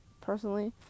personally